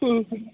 ହୁଁ ହୁଁ